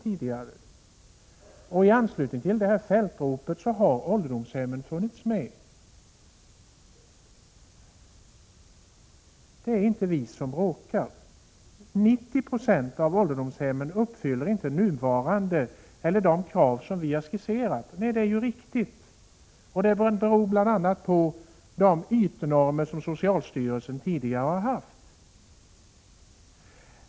I anslutning till det fältropet har ålderdomshemmen nämnts. 90 90 av ålderdomshemmen uppfyller inte de krav som vi har ställt upp — det är riktigt, och det beror bl.a. på de ytnormer som socialstyrelsen tidigare har tillämpat.